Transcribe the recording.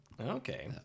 Okay